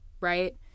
Right